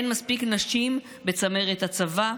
אין מספיק נשים בצמרת הצבא,